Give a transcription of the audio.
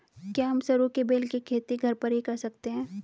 क्या हम सरू के बेल की खेती घर पर ही कर सकते हैं?